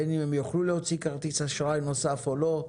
בין אם הן יוכלו להוציא כרטיס אשראי נוסף ובין אם לא.